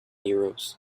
euros